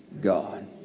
God